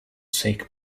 seek